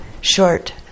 short